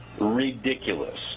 ridiculous